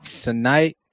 tonight